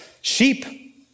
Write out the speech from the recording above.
sheep